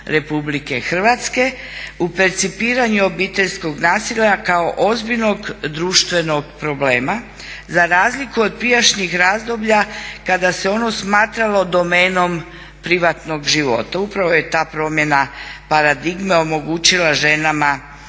Hrvatske u percipiranju obiteljskog nasilja kao ozbiljnog društvenog problema za razliku od prijašnjih razdoblja kada se ono smatralo demonom privatnog života. Upravo je ta promjena paradigme omogućila ženama da